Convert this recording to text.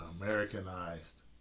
Americanized